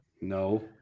No